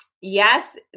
Yes